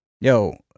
yo